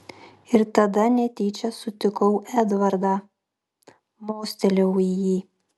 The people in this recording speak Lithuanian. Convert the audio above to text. ir tada netyčia sutikau edvardą mostelėjau į jį